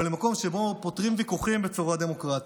או למקום שבו פותרים ויכוחים בצורה דמוקרטית?